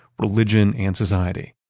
religion and society.